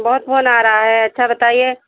बहुत फोन आ रहा है अच्छा बताइए